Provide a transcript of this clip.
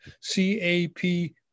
C-A-P